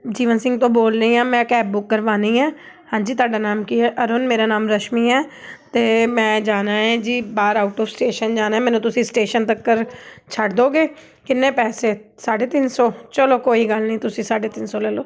ਜੀਵਨ ਸਿੰਘ ਤੋਂ ਬੋਲ ਰਹੀ ਹਾਂ ਮੈਂ ਕੈਬ ਬੁੱਕ ਕਰਵਾਉਣੀ ਆ ਹਾਂਜੀ ਤੁਹਾਡਾ ਨਾਮ ਕੀ ਹੈ ਅਰੁਣ ਮੇਰਾ ਨਾਮ ਰਸ਼ਮੀ ਹੈ ਅਤੇ ਮੈਂ ਜਾਣਾ ਹੈ ਜੀ ਬਾਹਰ ਆਊਟ ਆਫ ਸਟੇਸ਼ਨ ਜਾਣਾ ਮੈਨੂੰ ਤੁਸੀਂ ਸਟੇਸ਼ਨ ਤੱਕ ਛੱਡ ਦੋਗੇ ਕਿੰਨੇ ਪੈਸੇ ਸਾਢੇ ਤਿਨ ਸੌ ਚਲੋ ਕੋਈ ਗੱਲ ਨਹੀਂ ਤੁਸੀਂ ਸਾਢੇ ਤਿੰਨ ਸੌ ਲੈ ਲਓ